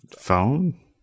phone